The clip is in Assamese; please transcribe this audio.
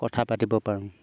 কথা পাতিব পাৰোঁ